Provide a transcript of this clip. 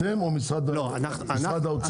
בבקשה.